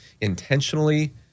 intentionally